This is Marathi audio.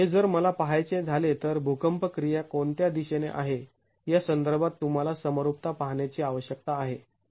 हे जर मला पाहायचे झाले तर भूकंप क्रिया कोणत्या दिशेने आहे या संदर्भात तुम्हाला समरूपता पाहण्याची आवश्यकता आहे